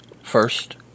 first